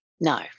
No